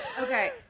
Okay